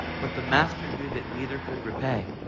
but the master knew that neither could repay,